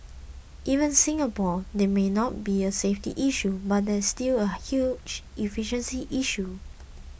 even Singapore there may not be a safety issue but there is still a huge efficiency issue